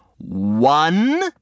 One